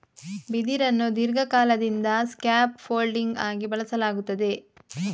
ಬಿದಿರನ್ನು ದೀರ್ಘಕಾಲದಿಂದ scaffolding ಆಗಿ ಬಳಸಲಾಗುತ್ತದೆ